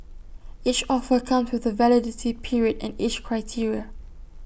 each offer comes with A validity period and age criteria